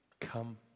come